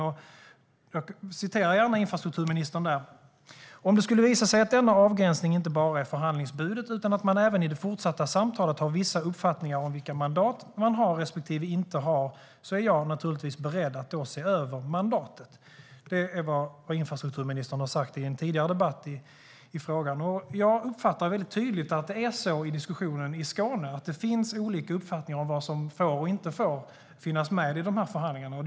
Jag citerar gärna infrastrukturministern: "Om det skulle visa sig att det här inte bara är förhandlingsbudet utan att man även i det fortsatta samtalet har vissa uppfattningar om vilka mandat man har respektive inte har är jag naturligtvis beredd att se över mandatet." Det är vad infrastrukturministern har sagt i en tidigare debatt i frågan. Jag uppfattar tydligt att det är så i diskussionen i Skåne att det finns olika uppfattningar om vad som får och inte får finnas med i de här förhandlingarna.